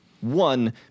One